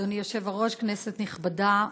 אדוני היושב-ראש, כנסת נכבדה,